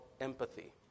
empathy